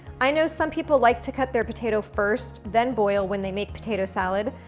i know some people like to cut their potato first, then boil when they make potato salad,